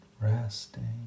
resting